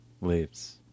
leaves